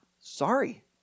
Sorry